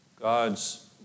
God's